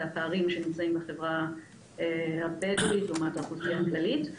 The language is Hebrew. והפערים שנמצאים בחברה הבדואית לעומת האוכלוסייה הכללית.